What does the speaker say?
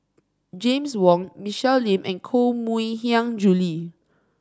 James Wong Michelle Lim and Koh Mui Hiang Julie